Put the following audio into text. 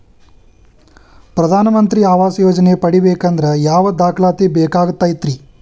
ಪ್ರಧಾನ ಮಂತ್ರಿ ಆವಾಸ್ ಯೋಜನೆ ಪಡಿಬೇಕಂದ್ರ ಯಾವ ದಾಖಲಾತಿ ಬೇಕಾಗತೈತ್ರಿ?